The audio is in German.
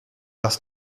dass